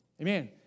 Amen